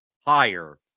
higher